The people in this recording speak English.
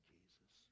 Jesus